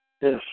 Yes